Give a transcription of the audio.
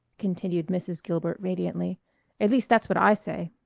continued mrs. gilbert radiantly at least that's what i say.